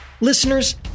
Listeners